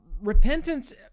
repentance